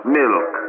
milk